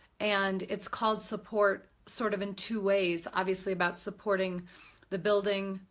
and it's called support sort of in two ways, obviously about supporting the building,